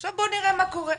עכשיו בואו נראה מה קורה.